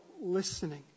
listening